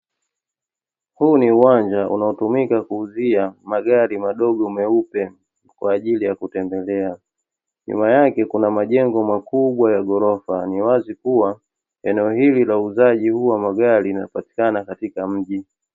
Huu ni uwanja unaotumika kuuzia magari madogo meupe kwa ajili ya kutembelea. Nyuma yake kuna majengo makubwa ya ghorofa, ni wazi kuwa eneo hili la uuzaji huu wa magari unapatikana katika mji.